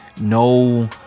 no